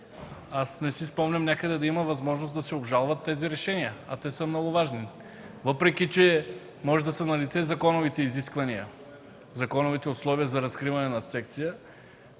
не си спомням някъде да има възможност да се обжалват тези решения, а те са много важни. Въпреки че може да са налице законовите изисквания и условия за разкриване на секция,